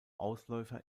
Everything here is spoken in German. ausläufer